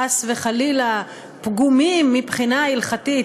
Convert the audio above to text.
חס וחלילה פגומים מבחינה הלכתית,